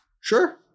sure